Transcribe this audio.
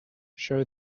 show